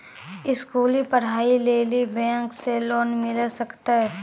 स्कूली पढ़ाई लेली बैंक से लोन मिले सकते?